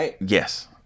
Yes